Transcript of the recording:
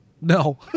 No